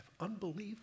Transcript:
Unbelievable